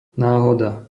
náhoda